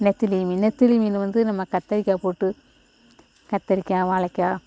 நெத்திலி மீன் நெத்திலி மீன் வந்து நம்ம கத்திரிக்காய் போட்டு கத்திரிக்காய் வாலக்காய்